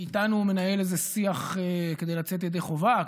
איתנו הוא מנהל איזה שיח כדי לצאת ידי חובה,